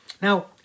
Now